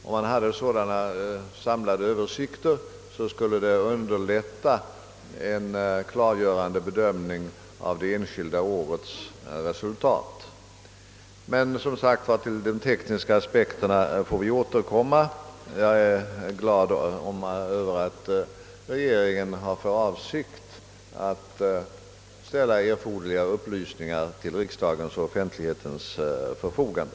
Sådana samlade översikter skulle underlätta en klargörande bedömning av det enskilda årets resultat. Men, som sagt, till de tekniska aspekterna får vi återkomma. Jag är glad över att regeringen har för avsikt att ställa erforderliga upplysningar till riksdagens och offentlighetens förfogande.